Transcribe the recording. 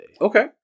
Okay